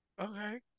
okay